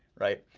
right,